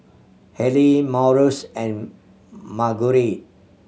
Haleigh Marius and Marguerite